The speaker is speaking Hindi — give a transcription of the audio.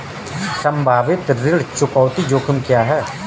संभावित ऋण चुकौती जोखिम क्या हैं?